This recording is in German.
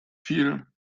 viel